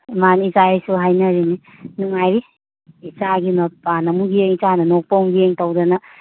ꯃꯥꯅꯤ ꯏꯆꯥ ꯏꯁꯨ ꯍꯥꯏꯅꯔꯤꯅꯤ ꯅꯨꯡꯉꯥꯏꯔꯤ ꯏꯆꯥꯒꯤ ꯃꯄꯥꯟ ꯑꯃꯨꯛ ꯌꯦꯡ ꯏꯆꯥꯅ ꯅꯣꯛꯄ ꯑꯃꯨꯛ ꯌꯦꯡ ꯇꯧꯗꯅ